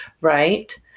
right